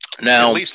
Now